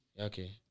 okay